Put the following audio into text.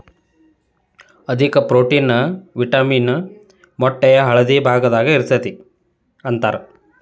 ಅಧಿಕ protein, vitamin ಮೊಟ್ಟೆಯ ಹಳದಿ ಭಾಗದಾಗ ಇರತತಿ ಅಂತಾರ